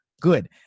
good